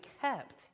kept